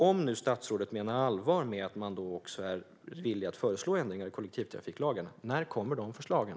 Om nu statsrådet menar allvar med att man är villig att föreslå ändringar i kollektivtrafiklagen undrar jag: När kommer de förslagen?